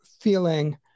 feeling